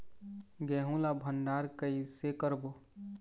गेहूं ला भंडार कई से करबो?